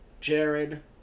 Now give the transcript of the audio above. Jared